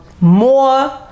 more